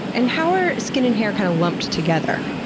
and how are skin and hair kind of lumped together?